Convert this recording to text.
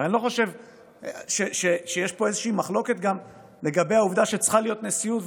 אני לא חושב שיש פה איזושהי מחלוקת גם לגבי העובדה שצריכה להיות נשיאות,